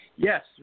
Yes